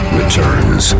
returns